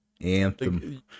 Anthem